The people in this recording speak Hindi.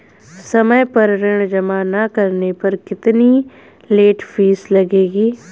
समय पर ऋण जमा न करने पर कितनी लेट फीस लगेगी?